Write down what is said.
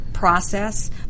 Process